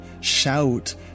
shout